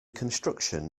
contruction